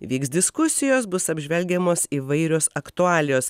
vyks diskusijos bus apžvelgiamos įvairios aktualijos